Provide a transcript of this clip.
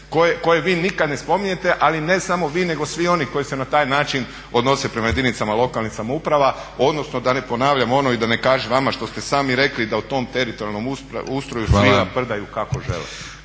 koju vi nikad ne spominjete, ali ne samo vi nego svi oni koji se na taj način odnose prema jedinicama lokalnih samouprava, odnosno da ne ponavljam ono i da ne kažem vama što ste sami rekli, da u tom teritorijalnom ustroju svi laprdaju kako žele.